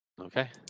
Okay